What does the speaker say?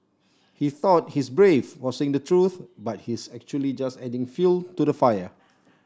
he thought he's brave for saying the truth but he's actually just adding fuel to the fire